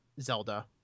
Zelda